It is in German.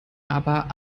aber